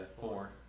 four